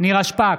נירה שפק,